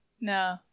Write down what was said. No